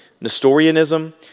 Nestorianism